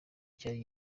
cyari